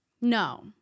No